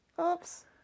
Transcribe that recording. oops